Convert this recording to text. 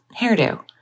hairdo